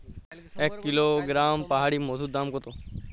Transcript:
এক কিলোগ্রাম পাহাড়ী মধুর দাম কত?